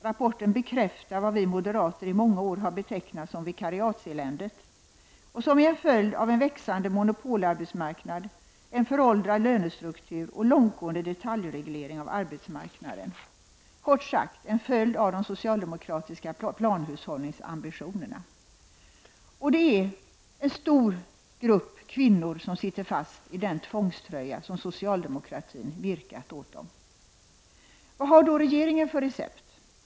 Rapporten bekräftar vad vi moderater i många år har betecknat som vikariatseländet, vil ket är en följd av en växande monopolarbetsmarknad, en föråldrad lönestruktur och en långtgående detaljreglering av arbetsmarknaden, kort sagt: en följd av de socialdemokratiska planhushållningsambitionerna. Och det är en stor grupp kvinnor som sitter fast i den tvångströja som socialdemokratin virkat åt dem. Vad har då regeringen för recept?